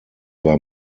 war